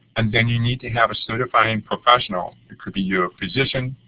and then you need to have a certified and professional it could be your physician,